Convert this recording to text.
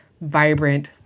vibrant